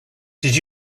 did